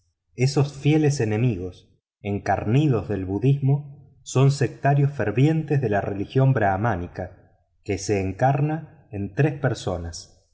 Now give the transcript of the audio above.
esos fieles enemigos encarnizados del budismo son sectarios fervientes de la religión brahmánica que se encarna en tres personas